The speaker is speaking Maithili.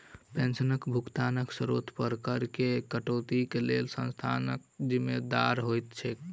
पेंशनक भुगतानक स्त्रोत पर करऽ केँ कटौतीक लेल केँ संस्था जिम्मेदार होइत छैक?